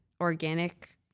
organic